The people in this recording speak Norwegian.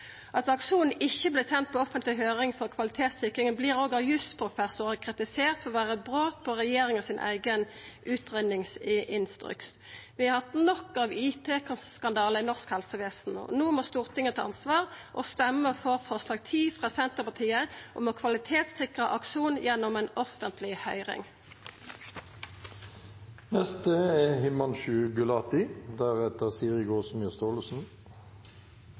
At Akson ikkje vert sendt på offentleg høyring for kvalitetssikring, vert òg av jusprofessorar kritisert for å vera brot på regjeringa sin eigen utgreiingsinstruks. Vi har hatt nok av IT-skandalar i norsk helsevesen. No må Stortinget ta ansvar og røysta for forslag nr. 10, frå Senterpartiet, om å kvalitetssikra Akson gjennom ei offentleg